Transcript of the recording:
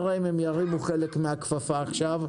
נראה אם הם ירימו חלק מהכפפה עכשיו.